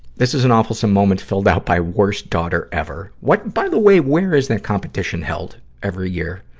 this is an awfulsome moment filled out by worst daughter ever what, by the way, where is that competition held every year?